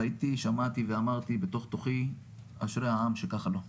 ראיתי, שמעתי ואמרתי בתוך תוכי: אשרי העם שככה לו.